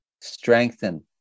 strengthen